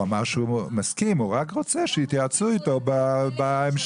אמר שהוא מסכים רק רוצה שיתייעצו איתו בהמשך.